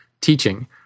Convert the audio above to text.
teaching